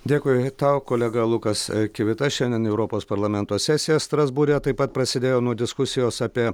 dėkui tau kolega lukas kivita šiandien europos parlamento sesija strasbūre taip pat prasidėjo nuo diskusijos apie